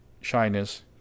shyness